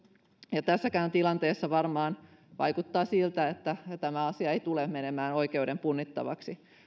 ja tässäkin tilanteessa varmaan vaikuttaa siltä että tämä asia ei tule menemään oikeuden punnittavaksi